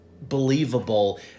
believable